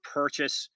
purchase